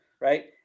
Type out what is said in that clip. Right